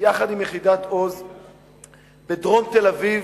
בדרום תל-אביב,